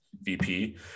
VP